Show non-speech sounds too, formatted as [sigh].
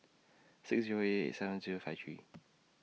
six Zero eight eight seven Zero five three [noise]